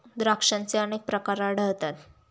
द्राक्षांचे अनेक प्रकार आढळतात